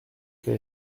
cas